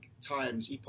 Times